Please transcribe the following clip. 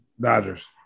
Dodgers